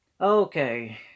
Okay